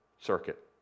Circuit